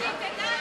היא אמרה